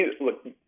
Look